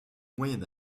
moyen